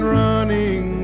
running